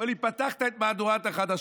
הוא אומר לי: פתחת את מהדורת החדשות.